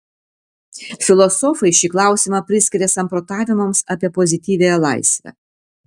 filosofai šį klausimą priskiria samprotavimams apie pozityviąją laisvę